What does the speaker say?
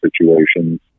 situations